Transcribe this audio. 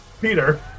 Peter